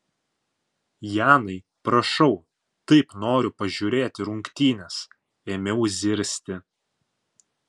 janai prašau taip noriu pažiūrėti rungtynes ėmiau zirzti